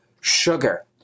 sugar